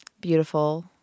beautiful